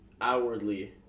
outwardly